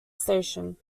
station